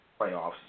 playoffs